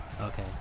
Okay